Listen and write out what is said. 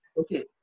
okay